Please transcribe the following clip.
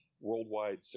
Worldwide